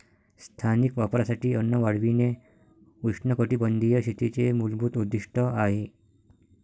स्थानिक वापरासाठी अन्न वाढविणे उष्णकटिबंधीय शेतीचे मूलभूत उद्दीष्ट आहे